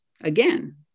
again